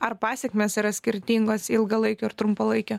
ar pasekmės yra skirtingos ilgalaikio ir trumpalaikio